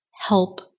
help